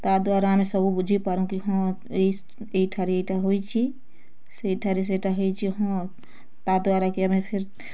ତା ଦ୍ଵାରା ଆମେ ସବୁ ବୁଝିପାରୁ କି ହଁ ଏଇ ଏଇଠାରେ ଏଇଟା ହୋଇଛି ସେଇଠାରେ ସେଇଟା ହେଇଛି ହଁ ତା ଦ୍ଵାରା କି ଆମେ ଫିର୍